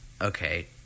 Okay